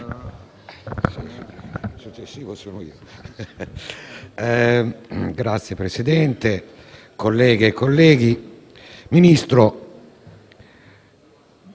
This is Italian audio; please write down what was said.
Signor Presidente, colleghe e colleghi,